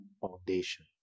foundation